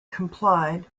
complied